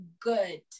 good